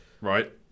right